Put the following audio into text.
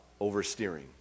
oversteering